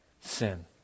sin